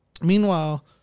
meanwhile